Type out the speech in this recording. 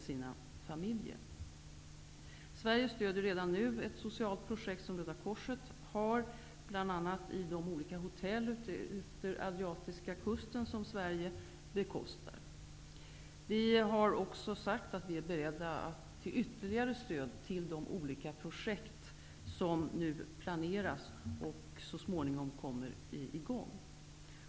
Sverige stöder redan nu ett socialt projekt som Röda korset har, bl.a. i de olika hotell utefter den Adriatiska kusten vilka Sverige bekostar. Vi har också sagt att vi är be redda att ge ytterligare stöd till de olika projekt som nu planeras och som så småningom kommer i gång.